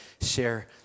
share